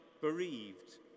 bereaved